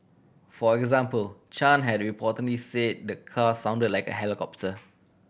for example Chan had reportedly say the car sound like a helicopter